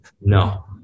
No